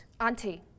Auntie